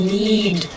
need